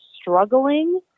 struggling